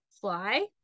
fly